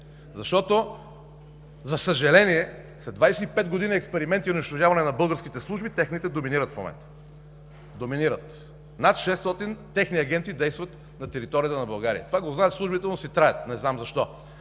Защото, за съжаление, след 25 години експерименти и унищожаване на българските служби, техните доминират в момента. Доминират. Над 600 техни агенти действат на територията на България. Това службите го знаят, но си траят. Не знам защо.